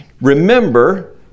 Remember